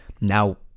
now